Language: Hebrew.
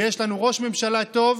ויש לנו ראש ממשלה טוב,